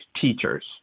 teachers